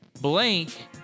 blank